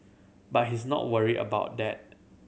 but he's not worried about that